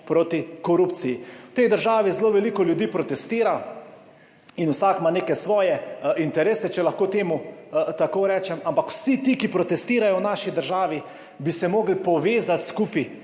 proti korupciji. V tej državi zelo veliko ljudi protestira in vsak ima neke svoje interese, če lahko temu tako rečem, ampak vsi ti, ki protestirajo v naši državi, bi se morali povezati skupaj